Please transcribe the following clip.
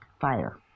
fire